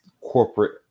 corporate